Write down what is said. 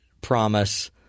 promise